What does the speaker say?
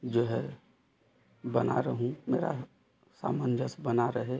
जो है बना रहूँ मेरा सामंजस्य बना रहे